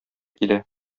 килә